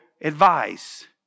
advice